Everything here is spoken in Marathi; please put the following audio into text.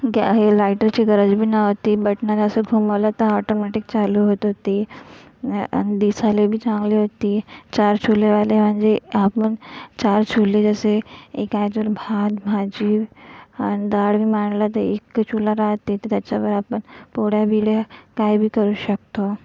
गॅ हे लायटरची गरज बी नव्हती बटणाला असं घुमवलं तर ऑटोमॅटिक चालू होत होती आणि दिसायला बी चांगली होती चार चुल्हेवाले म्हणजे आपण चार चुल्हे जसे एका याच्यावर भात भाजी आणि डाळ बी मांडला तर एक चुल्हा राहते तर त्याच्यावर आपण पोळ्या बिळ्या काय बी करू शकतो